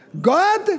God